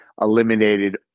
eliminated